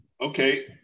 Okay